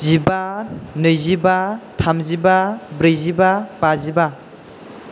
जिबा नैजिबा थामजिबा ब्रैजिबा बाजिबा